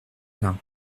vingt